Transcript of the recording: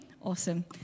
Awesome